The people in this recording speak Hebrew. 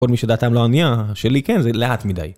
כל מי שדעתם לא ענייה, שלי כן וזה לאט מדי.